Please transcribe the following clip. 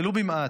ולו במעט,